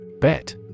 Bet